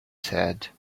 said